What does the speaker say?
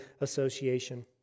association